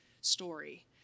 story